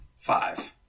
Five